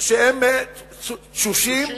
שהם תשושים וסיעודיים.